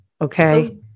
Okay